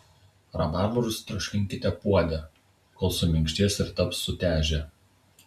rabarbarus troškinkite puode kol suminkštės ir taps sutežę